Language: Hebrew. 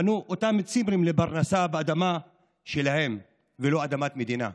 בנו אותם צימרים לפרנסה באדמה שלהם ולא אדמת מדינה.